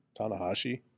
tanahashi